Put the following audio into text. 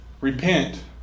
repent